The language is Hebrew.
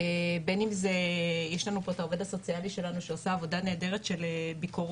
בין אם זה יש לנו פה את העו"ס שלנו שעושה עבודה נהדרת של ביקורות.